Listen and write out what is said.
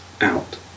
out